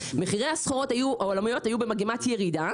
מחירי הסחורות העולמיות היו במגמת ירידה,